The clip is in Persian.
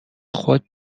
خود